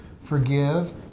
forgive